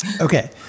Okay